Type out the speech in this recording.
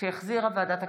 שהחזירה ועדת הכספים.